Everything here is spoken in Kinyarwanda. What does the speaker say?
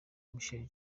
michael